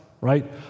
right